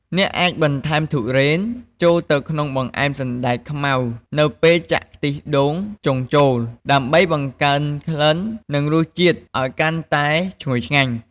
អ្នកអាចបន្ថែម ធុរេន ចូលទៅក្នុងបង្អែមសណ្ដែកខ្មៅនៅពេលចាក់ខ្ទិះដូងចុងចូល ដើម្បីបង្កើនក្លិន និងរសជាតិឱ្យកាន់តែឈ្ងុយឆ្ងាញ់។